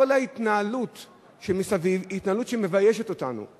כל ההתנהלות שמסביב היא התנהלות שמביישת אותנו.